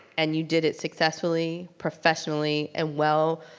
and you did it successfully, professionally, and well,